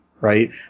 Right